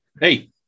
Hey